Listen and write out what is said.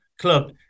club